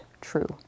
true